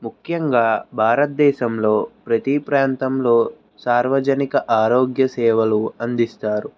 ముఖ్యంగా భారతదేశంలో ప్రతీ ప్రాంతంలో సార్వజనిక ఆరోగ్య సేవలు అందిస్తారు